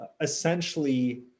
essentially